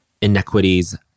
inequities